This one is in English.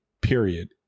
period